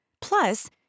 Plus